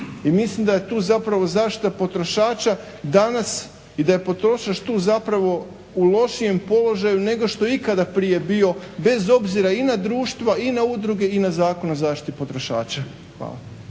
mislim da je tu zapravo zaštita potrošača danas i da je potrošač tu zapravo u lošijem položaju nego što je ikada prije bio, bez obzira i na društva, i na udruge, i na Zakon o zaštiti potrošača. Hvala.